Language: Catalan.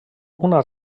una